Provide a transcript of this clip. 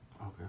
Okay